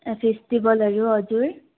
फेस्टिबलहरू हजुर